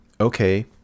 Okay